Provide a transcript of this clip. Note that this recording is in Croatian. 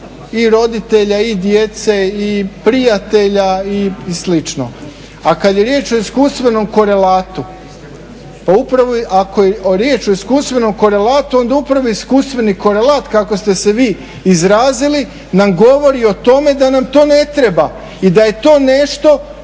i roditelja i djece i prijatelja i slično. A kad je riječ o iskustvenom korelatu, pa upravo ako je riječ o iskustvenom korelatu, onda upravo iskustveni korelat kako ste se vi izrazili nam govori o tome da nam to ne treba i da je to nešto